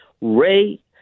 Ray